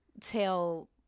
tell